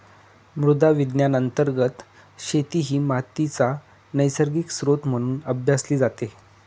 मृदा विज्ञान अंतर्गत शेती ही मातीचा नैसर्गिक स्त्रोत म्हणून अभ्यासली जाते